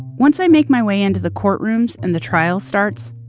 once i make my way into the courtroom and the trial starts,